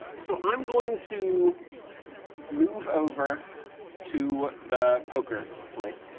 so i'm going to move over to the poker place.